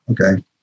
Okay